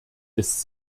ist